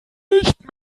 nicht